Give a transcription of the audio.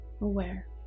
aware